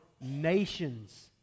nations